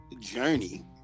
journey